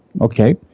okay